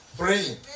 praying